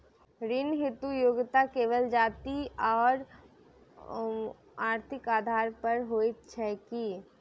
ऋण हेतु योग्यता केवल जाति आओर आर्थिक आधार पर होइत छैक की?